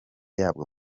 yabwo